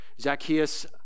Zacchaeus